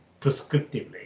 prescriptively